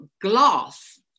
glass